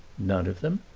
none of them?